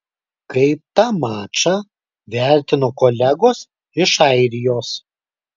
kaip tą mačą vertino kolegos iš airijos